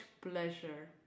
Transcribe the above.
pleasure